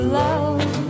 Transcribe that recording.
love